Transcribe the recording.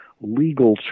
legal